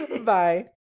bye